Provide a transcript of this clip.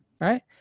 Right